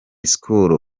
school